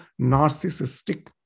narcissistic